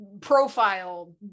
profile